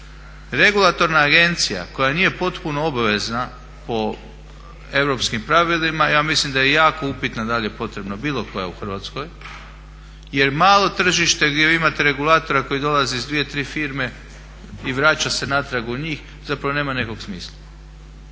Regulatorna agencija koja nije potpuno obavezna po europskim pravilima ja mislim da je jako upitna da li je potrebna bilo koja u Hrvatskoj, jer malo tržište gdje vi imate regulatora koji dolazi iz dvije, tri firme i vraća se natrag u njih zapravo nema nekog smisla.